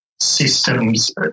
systems